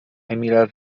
emila